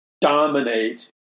dominate